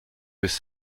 was